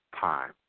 time